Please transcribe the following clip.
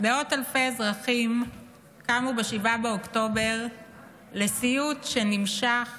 מאות אלפי אזרחים קמו ב-7 באוקטובר לסיוט שנמשך